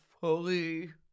fully